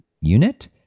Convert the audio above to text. unit